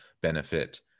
benefit